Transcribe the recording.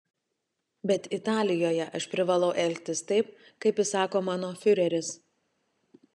bet italijoje aš privalau elgtis taip kaip įsako mano fiureris